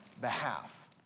behalf